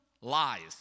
lies